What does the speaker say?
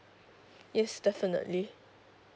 it's definitely